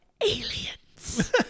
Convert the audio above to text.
Aliens